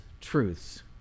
truths